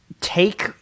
take